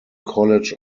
college